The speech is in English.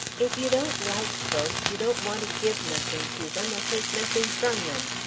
if you don't like folks, you don't want to give nothing to them or take nothing from them.